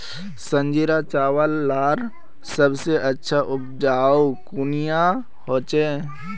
संजीरा चावल लार सबसे अच्छा उपजाऊ कुनियाँ होचए?